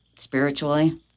spiritually